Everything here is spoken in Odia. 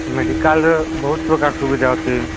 ମେଡ଼ିକାଲ୍ରେ ବହୁତ ପ୍ରକାର ସୁବିଧା ଅଛି